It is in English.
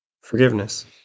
forgiveness